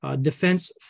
Defense